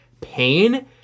pain